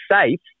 safe